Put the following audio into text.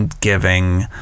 giving